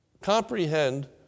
comprehend